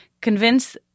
convince